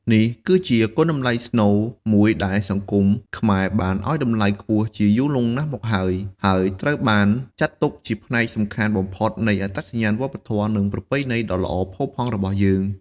នេះគឺជា គុណតម្លៃស្នូល មួយដែលសង្គមខ្មែរបានឲ្យតម្លៃខ្ពស់ជាយូរលង់ណាស់មកហើយ ហើយត្រូវបានចាត់ទុកជាផ្នែកសំខាន់បំផុតនៃអត្តសញ្ញាណវប្បធម៌ និងប្រពៃណីដ៏ល្អផូរផង់របស់យើង។